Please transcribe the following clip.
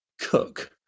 cook